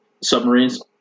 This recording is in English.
submarines